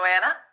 Joanna